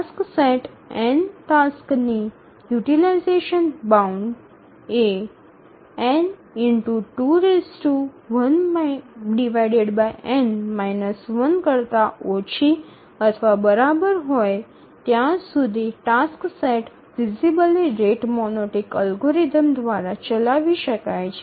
tasks set n tasks ની utilization bound ≤ n2−1 હોય ત્યાં સુધી tasks set feasibly rate monotonic algorithm દ્વારા ચલાવી શકાય છે